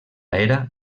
era